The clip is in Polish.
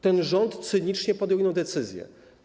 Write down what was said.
Ten rząd cynicznie podjął inną decyzję.